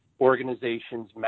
organizations